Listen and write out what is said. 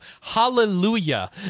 Hallelujah